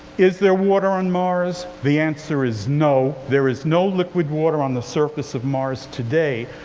is there water on mars? the answer is no, there is no liquid water on the surface of mars today.